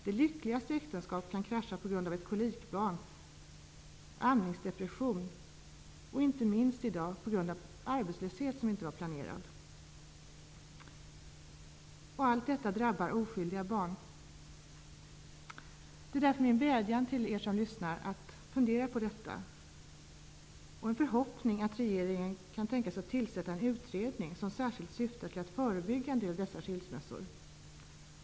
Det lyckligaste äktenskap kan krascha på grund av ett kolikbarn, amningsdepression och inte minst i dag på grund av arbetslöshet, som inte var planerad. Allt detta drabbar oskyldiga barn. Min vädjan till er som lyssnar är: Fundera på detta! Min förhoppning är att regeringen tillsätter en utredning som särskilt syftar till att förebygga en del av sådana här skilsmässor.